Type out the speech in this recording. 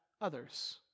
others